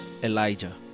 Elijah